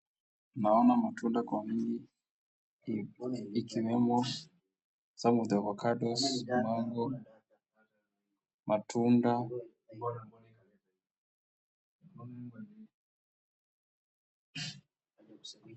Naona matunda kwa wingi ikiwemo some of the avocados, mango, matunda.